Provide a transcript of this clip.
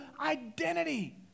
identity